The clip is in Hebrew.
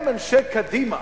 הם אנשי קדימה.